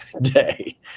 day